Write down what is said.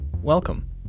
Welcome